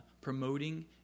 promoting